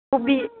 खबि